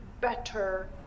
better